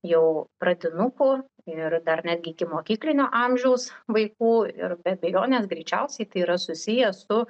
jau pradinukų ir dar netgi ikimokyklinio amžiaus vaikų ir be abejonės greičiausiai tai yra susiję su